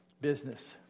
business